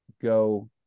go